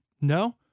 No